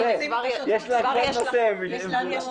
כבר יש לך משימה.